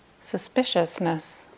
suspiciousness